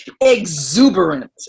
exuberant